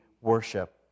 worship